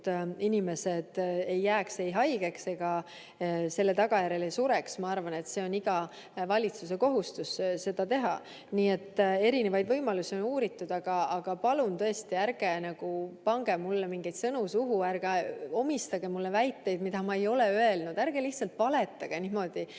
inimesed ei jääks haigeks ega selle tagajärjel ei sureks, on iga valitsuse kohustus. Nii et erinevaid võimalusi on uuritud. Aga palun ärge tõesti pange mulle mingeid sõnu suhu, ärge omistage mulle väiteid, mida ma ei ole öelnud. Ärge lihtsalt valetage niimoodi